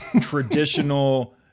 traditional